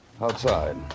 Outside